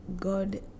God